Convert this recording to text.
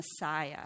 Messiah